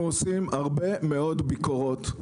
אנחנו עושים הרבה מאוד ביקורות,